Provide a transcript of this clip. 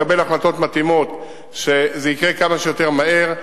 לקבל החלטות מתאימות כדי שזה יקרה כמה שיותר מהר.